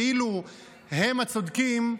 כאילו הם הצודקים,